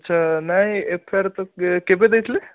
ଆଚ୍ଛା ନାହିଁ F I R ତ କେବେ ଦେଇଥିଲେ